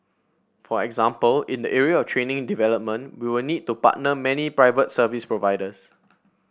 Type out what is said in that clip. for example in the area of training development we will need to partner many private service providers